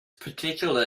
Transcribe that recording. particular